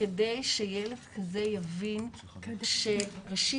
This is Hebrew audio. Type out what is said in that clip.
כדי שילד כזה יבין שראשית,